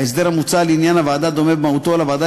ההסדר המוצע לעניין הוועדה דומה במהותו לוועדה